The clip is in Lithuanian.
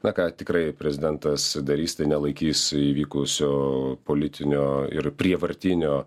na ką tikrai prezidentas darys tai nelaikys įvykusio politinio ir prievartinio